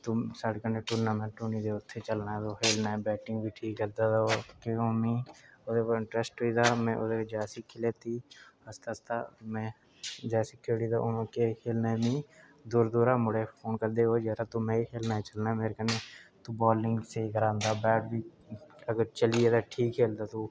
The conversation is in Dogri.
ते साढ़े कन्नै टुर्नांमेंट होनी जेह्ड़ी उत्थै चलना तूं खेढना बैटिंग बी ठीक करदा ते ओह् जियां हून मिगी ओह्दे च इंटरैस्ट होई दा हा में ओह्दे बिच जाच सिक्खी लैती आस्तै आस्तै में जाच जेह्ड़ी ते में भी दूरा दूरा मुड़े फोन करदे कि यरा तूं मैच खेढना मेरे कन्नै तूं बालिंग स्हेई करांदा बैट बी अगर चली आ तां ठीक ऐ नेईं तां तू